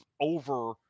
over